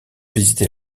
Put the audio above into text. visité